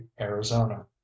arizona